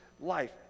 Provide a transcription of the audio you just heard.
life